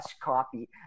copy